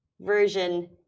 version